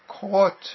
caught